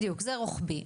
בדיוק, זה רוחבי.